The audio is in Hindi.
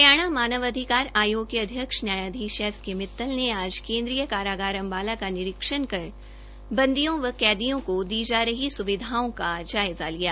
हरियाणा मानव अधिकार आयोग के अध्यक्ष न्यायधीश एस के मितल ने आज केनद्रीय कारागार अम्बाला का निरीक्षण कर बंदियों व कैदियों को दी जा रही सुविधाओं का जायज़ा लिया